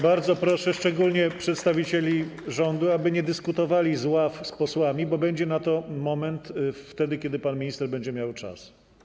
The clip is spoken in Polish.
Bardzo proszę, szczególnie przedstawicieli rządu, aby nie dyskutowali z ław z posłami, bo będzie na to moment wtedy, kiedy pan minister będzie miał czas.